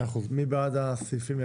מי בעד הסעיפים?